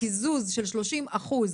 הקיזוז של 30 אחוז